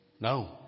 No